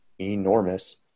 enormous